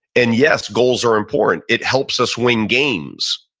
and yes, goals are important. it helps us win games.